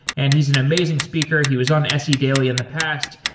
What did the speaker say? and he's an amazing speaker. he was on se daily in the past.